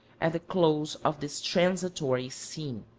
at the close of this transitory scene.